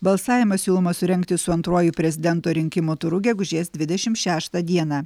balsavimą siūloma surengti su antruoju prezidento rinkimų turu gegužės dvidešim šeštą dieną